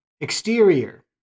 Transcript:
Exterior